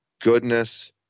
goodness